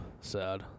Sad